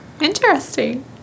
Interesting